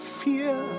fear